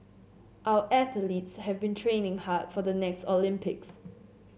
our athletes have been training hard for the next Olympics